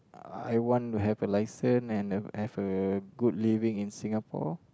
I want to have a licence and have a good living in Singapore